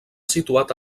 situat